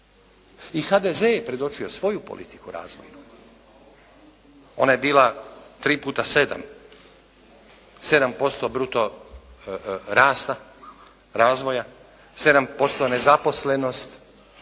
I HDZ je predočio svoju politiku razvojnu. Ona je bila tri puta sedam. 7% bruto rasta, razvoja, 7% nezaposlenost